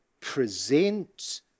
present